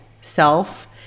self